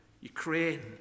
Ukraine